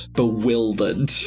bewildered